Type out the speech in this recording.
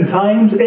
times